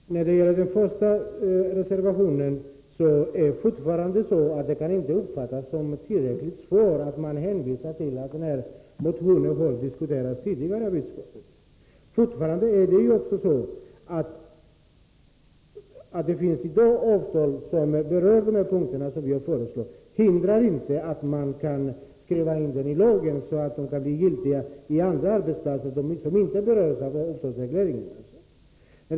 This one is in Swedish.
Herr talman! När det gäller vår första reservation hävdar jag fortfarande att det inte är ett tillräckligt svar att hänvisa till att motionen i fråga har diskuterats tidigare i utskottet. Att det i dag finns avtal som berör de punkter i fråga om vilka vi framlägger förslag hindrar inte att avtalen kan skrivas in i lagen, så att de blir giltiga även på arbetsplatser som inte berörs av avtalsregleringar.